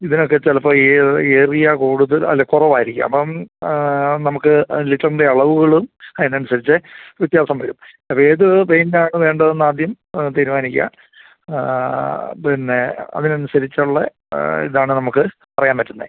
ഇതിനൊക്കെ ചിലപ്പോൾ ഏഹ് ഏരിയ കൂടുതൽ അല്ല കുറവായിരിക്കും അപ്പം നമുക്ക് ലിറ്ററിൻ്റെ അളവുകളും അതിന് അനുസരിച്ച് വ്യത്യാസം വരും ഏത് പെയിന്റാണ് വേണ്ടതെന്ന് ആദ്യം തീരുമാനിക്കുക പിന്നെ അതിന് അനുസരിച്ചുള്ള ഇതാണ് നമുക്ക് അറിയാൻ പറ്റുന്നത്